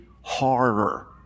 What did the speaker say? horror